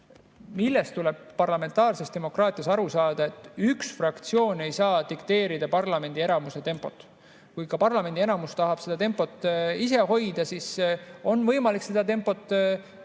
millest tuleb parlamentaarses demokraatias aru saada: üks fraktsioon ei saa dikteerida parlamendi enamuse tempot. Kui parlamendi enamus tahab [kiiret] tempot hoida, siis on võimalik [teistsugust]